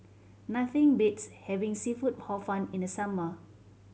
nothing beats having seafood Hor Fun in the summer